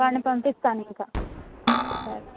వాడిని పంపిస్తాను ఇంకా సరే